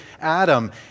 Adam